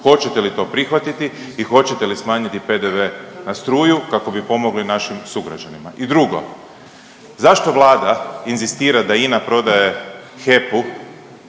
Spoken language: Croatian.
hoćete li to prihvatiti i hoćete li smanjiti PDV na struju kako bi pomogli našim sugrađanima? I drugo, zašto vlada inzistira da INA prodaje HEP-u